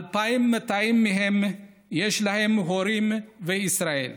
2,200 מהם יש להם הורים בישראל,